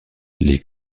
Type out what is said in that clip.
les